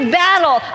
battle